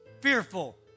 fearful